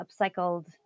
upcycled